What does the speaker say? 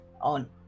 on